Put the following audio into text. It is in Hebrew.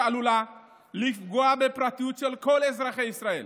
שעלולה לפגוע בפרטיות של כל אזרחי ישראל.